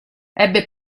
ebbe